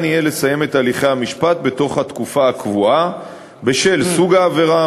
לסיים את הליכי המשפט בתוך התקופה הקבועה בשל סוג העבירה,